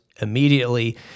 immediately